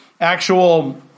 actual